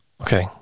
Okay